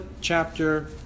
chapter